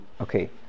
Okay